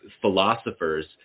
philosophers